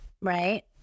right